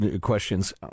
questions